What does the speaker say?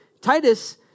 Titus